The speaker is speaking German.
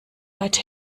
weit